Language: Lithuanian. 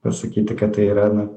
pasakyti kad tai yra na